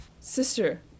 sister